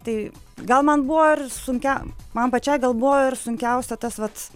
tai gal man buvo ar sunkią man pačiai gal buvo ir sunkiausia tas vat